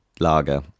lager